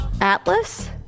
atlas